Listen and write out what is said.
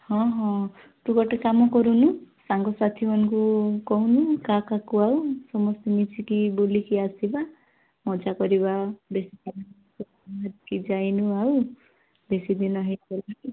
ହଁ ହଁ ତୁ ଗୋଟେ କାମ କରୁନୁ ସାଙ୍ଗ ସାଥିମାନଙ୍କୁ କହୁନୁ କାହା କାହାକୁ ଆଉ ସମସ୍ତେ ମିଶିକି ବୁଲିକି ଆସିବା ମଜା କରିବା ସେଠିକି ଯାଇନୁ ଆଉ ବେଶି ଦିନ ହୋଇଗଲାଣି